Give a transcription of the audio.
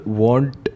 want